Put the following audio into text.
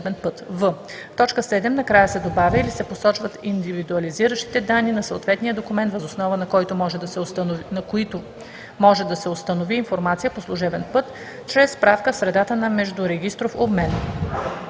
в т. 7 накрая се добавя „или се посочват индивидуализиращите данни на съответния документ, въз основа на които може да се установи информацията по служебен път чрез справка в средата за междурегистров обмен“.